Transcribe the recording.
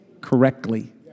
correctly